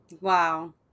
Wow